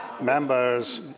Members